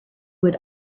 would